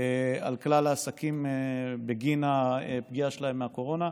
לכלל העסקים בגין פגיעה שלהם מהקורונה.